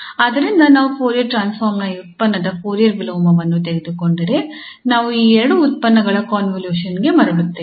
ಆದ್ದರಿಂದ ನಾವು Fourier transform ನ ಈ ಉತ್ಪನ್ನದ ಫೋರಿಯರ್ ವಿಲೋಮವನ್ನು ತೆಗೆದುಕೊಂಡರೆ ನಾವು ಈ ಎರಡು ಉತ್ಪನ್ನಗಳ ಕಾಂವೊಲ್ಯೂಷನ್ ಗೆ ಮರಳುತ್ತೇವೆ